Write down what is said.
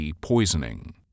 poisoning